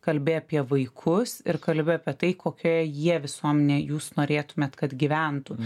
kalbi apie vaikus ir kalbi apie tai kokioje jie visuomenėj jūs norėtumėt kad gyventų